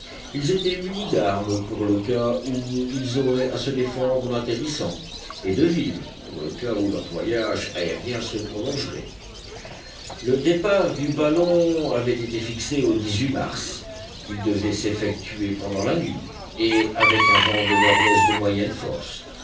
ils étaient munis d'armes pour le cas où ils auraient à se défendre en atterrissant et de vivres pour le cas où leur voyage aérien se prolongerait le départ du ballon avait été fixé au mars il devait s'effectuer pendant la nuit et avec un vent de nord-ouest de moyenne force